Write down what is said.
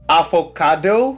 avocado